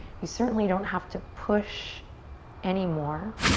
you certainly don't have to push any more.